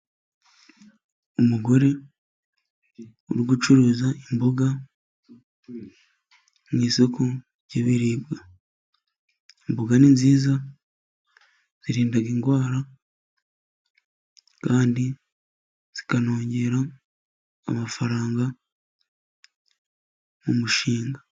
Umugore uri gucuruza imboga mu isoko ry'ibiribwa, imboga ni nziza zirinda indwara, kandi zikanongera amafaranga mu mushinga.